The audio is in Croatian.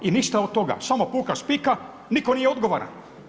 I ništa od toga, samo puka spika, nitko nije odgovorovran.